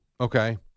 Okay